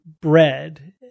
bread